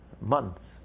months